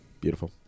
Beautiful